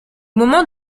moment